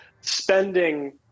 spending